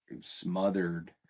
smothered